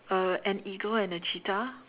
uh an eagle and a cheetah